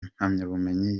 impamyabumenyi